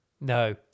No